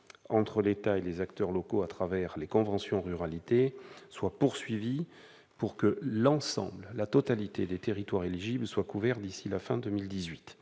entre l'État et les acteurs locaux à travers les conventions ruralité, pour que la totalité des territoires éligibles soient couverts d'ici à la fin de 2018.